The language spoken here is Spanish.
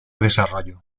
desarrollo